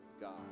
God